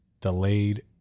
delayed